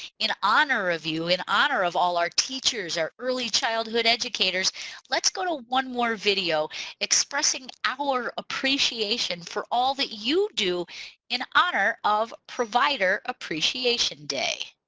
in honor of you you in honor of all our teachers our early childhood educators let's go to one more video expressing our appreciation for all that you do in honor of provider appreciation day.